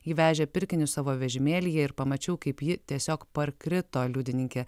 ji vežė pirkinius savo vežimėlyje ir pamačiau kaip ji tiesiog parkrito liudininkė